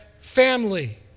family